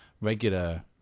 regular